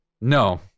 No